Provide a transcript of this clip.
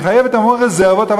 היא חייבת המון רזרבות,